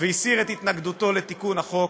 והסיר את התנגדותו לתיקון החוק.